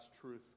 truth